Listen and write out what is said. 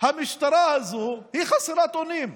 המשטרה הזו חסרת אונים,